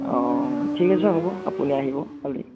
অঁ ঠিক আছে হ'ব আপুনি আহিব কালি